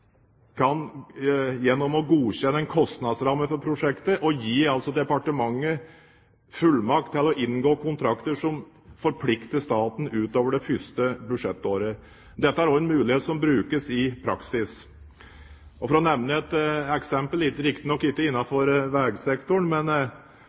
kan Stortinget vedta større utbyggingsprosjekter gjennom å godkjenne en kostnadsramme for prosjektet og gi departementet fullmakt til å inngå kontrakter som forplikter staten utover det første budsjettåret. Denne muligheten brukes også i praksis. For å nevne et eksempel – riktignok ikke innenfor vegsektoren: Årlige budsjettvedtak og kontantprinsippet sto ikke